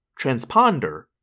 Transponder